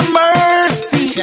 mercy